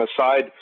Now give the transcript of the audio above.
Aside